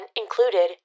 included